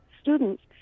students